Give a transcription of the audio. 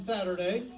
Saturday